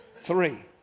Three